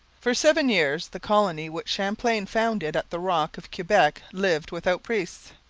for seven years the colony which champlain founded at the rock of quebec lived without priests.